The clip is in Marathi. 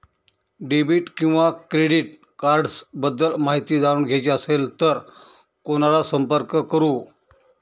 डेबिट किंवा क्रेडिट कार्ड्स बद्दल माहिती जाणून घ्यायची असेल तर कोणाला संपर्क करु?